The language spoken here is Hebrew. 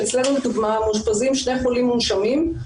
שאצלנו לדוגמה מאושפזים שני חולים מונשמים,